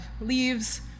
leaves